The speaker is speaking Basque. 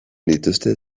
dituzte